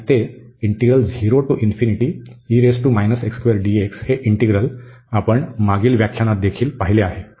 आणि ते हे इंटीग्रल आपण मागील व्याख्यानात देखील पाहिले आहे